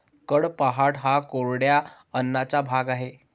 कडपह्नट हा कोरड्या अन्नाचा भाग आहे